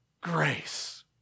grace